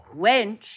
Wench